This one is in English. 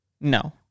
No